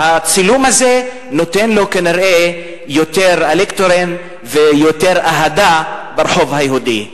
הצילום הזה נותן לו כנראה יותר אלקטורים ויותר אהדה ברחוב היהודי.